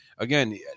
Again